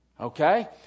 Okay